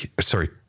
Sorry